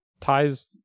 ties